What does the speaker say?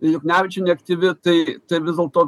juknevičienė aktyvi tai vis dėlto